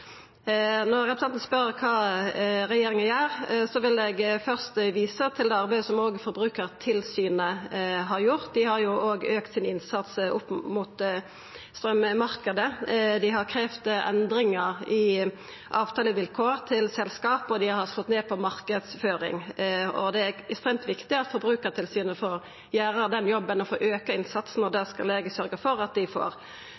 Når representanten spør kva regjeringa gjer, vil eg først visa til det arbeidet som Forbrukartilsynet har gjort. Dei har òg auka innsatsen opp mot straummarknaden. Dei har kravd endringar i avtalevilkåra til selskap, og dei har slått ned på marknadsføring. Det er ekstremt viktig at Forbrukartilsynet får gjera den jobben og får auka innsatsen – og det skal eg sørgja for at dei får.